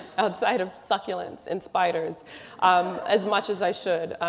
outside of succulents and spiders um as much as i should.